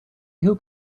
hope